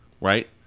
Right